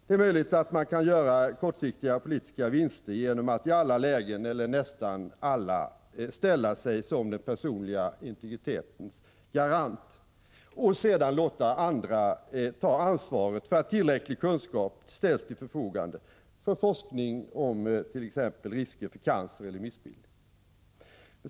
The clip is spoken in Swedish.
Det är möjligt att man kan göra kortsiktiga politiska vinster genom att i alla lägen, eller nästan alla, ställa sig som den personliga integritetens garant och sedan låta andra ta ansvaret för att tillräcklig kunskap ställs till förfogande för forskning om t.ex. risker för cancer eller missbildningar.